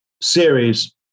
series